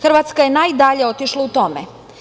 Hrvatska je najdalje otišla u tome.